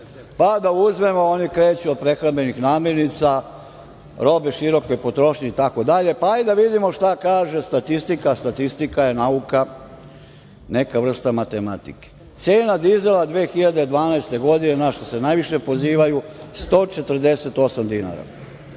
od 330 evra. Oni kreću od prehrambenih namirnica, robe široke potrošnje i tako dalje, ali da vidimo šta kaže statistika, a statistika je nauka, neka vrsta matematike. Cena dizela 2012. godine, na šta se najviše pozivaju, 148 dinara.